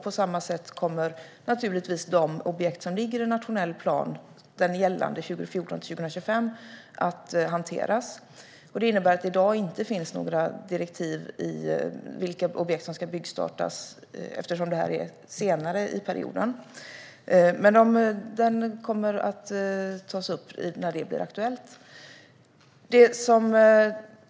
På samma sätt kommer naturligtvis de objekt som ligger i gällande nationell plan, 2014-2025, att hanteras. Det innebär att det i dag inte finns några direktiv om vilka objekt som ska byggstartas, eftersom det här är senare i perioden. Men det kommer att tas upp när det blir aktuellt.